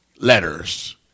letters